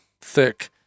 thick